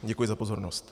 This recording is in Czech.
Děkuji za pozornost.